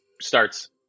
starts